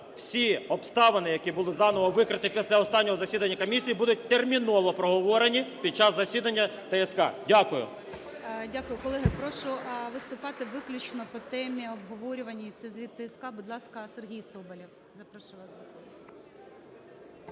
всі обставини, які були заново викриті після останнього засідання комісії, будуть терміновопроговорені під час засідання ТСК. Дякую. ГОЛОВУЮЧИЙ. Дякую. Колеги, прошу виступати виключно по темі обговорюваній – це звіт ТСК. Будь ласка, Сергій Соболєв,